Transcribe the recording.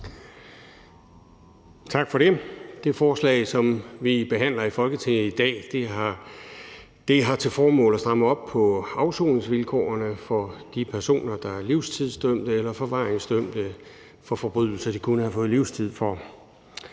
Tak for det. Det forslag, som vi behandler i Folketinget i dag, har til formål at stramme op på afsoningsvilkårene for de personer, der er livstidsdømte eller forvaringsdømte for forbrydelser, de kunne have fået livstid for.